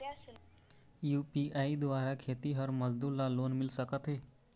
UPI द्वारा खेतीहर मजदूर ला लोन मिल सकथे?